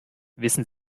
wissen